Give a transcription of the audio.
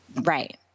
Right